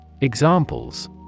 Examples